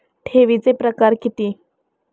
ठेवीचे प्रकार किती?